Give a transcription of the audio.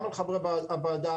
גם אל חברי הוועדה.